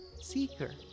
Seeker